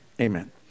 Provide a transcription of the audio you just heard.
Amen